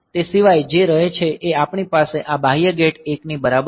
તે સિવાય જે રહે છે એ આપણી પાસે આ બાહ્ય ગેટ 1 ની બરાબર છે